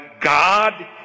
God